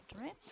right